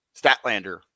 Statlander